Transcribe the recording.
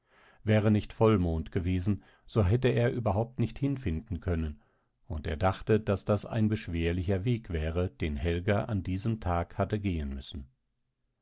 wäre nicht vollmond gewesen so hätte er überhaupt nicht hinfinden können und er dachte daß das ein beschwerlicher weg wäre den helga an diesem tag hatte gehen müssen